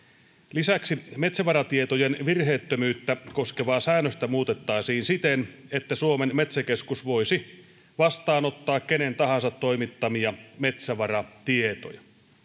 lisäksi metsävaratietojen virheettömyyttä koskevaa säännöstä muutettaisiin siten että suomen metsäkeskus voisi vastaanottaa kenen tahansa toimittamia metsävaratietoja